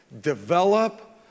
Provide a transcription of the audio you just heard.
Develop